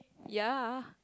ye